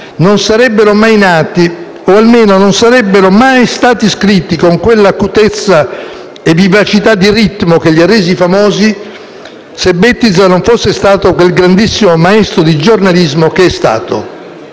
non sarebbero mai nati o, almeno, non sarebbero mai stati scritti con quella acutezza e vivacità di ritmo che li ha resi famosi, se Bettiza non fosse stato quel grandissimo maestro di giornalismo che è stato.